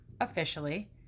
officially